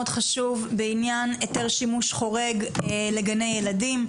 חשוב בעניין היתר שימוש חורג לגני ילדים.